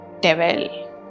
Devil